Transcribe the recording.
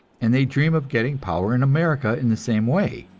and they dream of getting power in america in the same way.